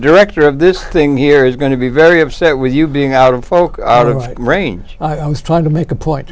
director of this thing here is going to be very upset with you being out of focus out of range i was trying to make a point